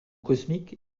cosmique